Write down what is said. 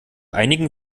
einigen